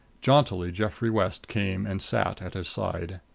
jauntily geoffrey west came and sat at his side.